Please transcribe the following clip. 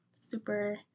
Super